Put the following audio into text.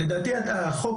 לדעתי החוק